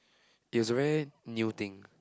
is a very new thing